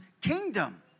kingdom